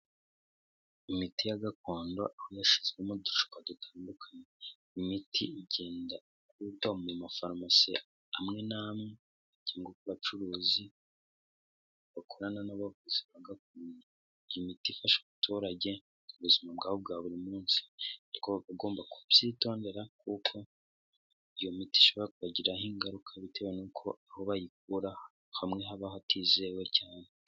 Imiti ya gakondo aho yashizwemo uducupa dutandukanye, imiti igenda ishyirwa mu maforomasi amwe n'amwe cyangwa ku bacuruzi bakorana n'abavuzi ba gakondo, iyi miti ifasha abaturage ku buzima bwabo bwa buri munsi, ariko bakagomba kubyitondera kuko iyo miti ishobora kubagiraho ingaruka bitewe n'uko aho bayikura hamwe haba hatizewe cyane.